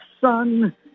sun